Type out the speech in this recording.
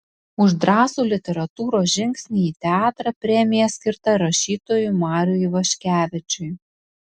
už drąsų literatūros žingsnį į teatrą premija skirta rašytojui mariui ivaškevičiui